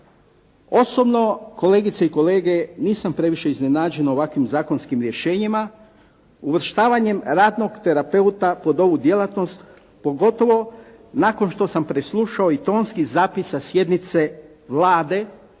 Osobno kolegice i kolege nisam previše iznenađen ovakvim zakonskim rješenjima. Uvrštavanjem ratnog terapeuta pod ovu djelatnost pogotovo nakon što sam preslušao i tonski zapisa sjednice Vlade